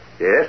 Yes